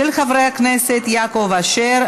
של חברי הכנסת יעקב אשר,